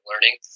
learning